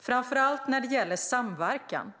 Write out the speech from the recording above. framför allt när det gäller samverkan.